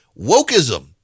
wokeism